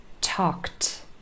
talked